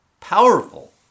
Powerful